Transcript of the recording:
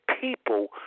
people